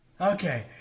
Okay